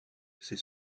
ses